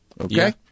Okay